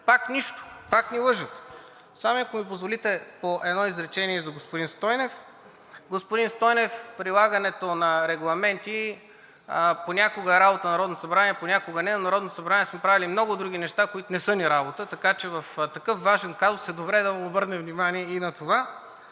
Пак нищо, пак ни лъжат. Само ако ми позволите по едно изречение за господин Стойнев. Господин Стойнев, прилагането на регламенти понякога е работа на Народното събрание, понякога не, но Народното събрание сме правили много други неща, които не са ни работа, така че в такъв важен казус е добре да обърнем внимание и на това.